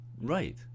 right